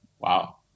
wow